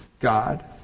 God